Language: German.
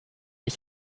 ich